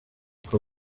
for